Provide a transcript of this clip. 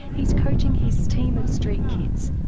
he's coaching his team of street kids,